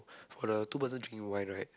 for the two person drink wine right